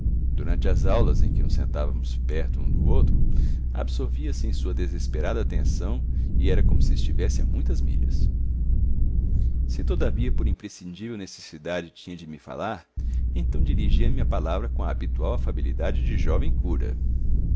durante as aulas em que nos sentávamos perto um do outro absorvia se em sua desesperada atenção e era como se estivesse a muitas milhas se todavia por imprescindível necessidade tinha de me falar então dirigia me a palavra com a habitual afabilidade de jovem cura